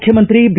ಮುಖ್ಯಮಂತ್ರಿ ಬಿ